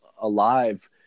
alive